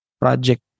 project